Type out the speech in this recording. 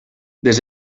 des